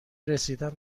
رسیدن